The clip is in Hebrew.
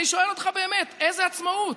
אני שואל אותך, באמת: איזה עצמאות?